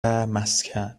مسکن